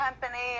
company